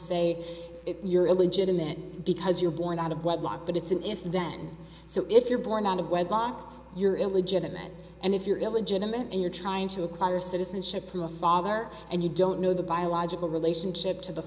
say if you're illegitimate because you're born out of wedlock but it's an infant then so if you're born out of wedlock you're illegitimate and if you're illegitimate and you're trying to acquire citizenship or a father and you don't know the biological relationship to the